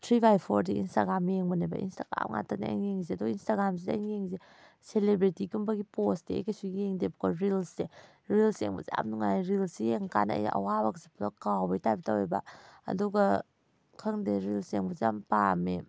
three ꯕꯥꯏ ꯐꯣꯔꯗꯤ Instagram ꯌꯦꯡꯕꯅꯦꯕ ꯏꯟꯁꯇꯥꯒ꯭ꯔꯥꯝ ꯉꯥꯛꯇꯅꯦ ꯑꯩꯅ ꯌꯦꯡꯉꯤꯁꯦ ꯑꯗꯣ ꯏꯟꯁꯇꯥꯒ꯭ꯔꯥꯝꯁꯤꯗ ꯑꯩꯅ ꯌꯦꯡꯉꯤꯁꯦ ꯁꯦꯂꯦꯕ꯭ꯔꯤꯇꯤ ꯒꯨꯝꯕꯒꯤ ꯄꯣꯁꯇꯤ ꯑꯩ ꯀꯩꯁꯨ ꯌꯦꯡꯗꯦꯕꯀꯣ ꯔꯤꯜꯁꯁꯦ ꯔꯤꯜꯁ ꯌꯦꯡꯕꯁꯦ ꯌꯥꯝ ꯅꯨꯡꯉꯥꯏ ꯔꯤꯜꯁꯁꯤ ꯌꯦꯡꯉ ꯀꯥꯟꯗ ꯑꯩ ꯑꯋꯥꯕꯀꯁꯦ ꯄꯨꯂꯞ ꯀꯥꯎꯕꯩ ꯇꯥꯏꯞ ꯇꯧꯋꯦꯕ ꯑꯗꯨꯒ ꯈꯪꯗꯦ ꯔꯤꯜꯁ ꯌꯦꯡꯕꯁꯦ ꯌꯥꯝ ꯄꯥꯝꯃꯦ